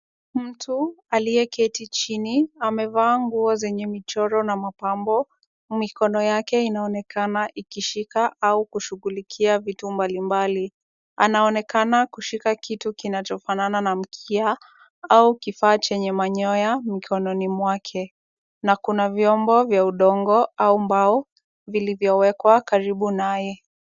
Mtu aliyeketi chini. Amevaa nguo zenye michoro na mapambo. Mikono yake inaonekana ikishika au kushughulikia vitu mbalimbali. Anaonekana kushika kitu kinachofanana na mkia au kifaa chenye manyoya mkononi mwake. Na kuna vyombo vya udongo au mbao, vilivyowekwa karibu naye.